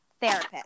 therapist